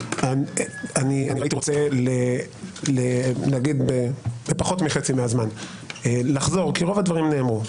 אני הייתי רוצה להתייחס בפחות מחצי מהזמן כי רוב הדברים נאמרו.